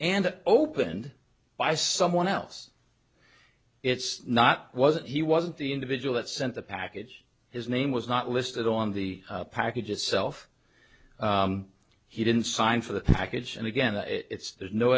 and opened by someone else it's not wasn't he wasn't the individual that sent the package his name was not listed on the package itself he didn't sign for the package and again it's there's no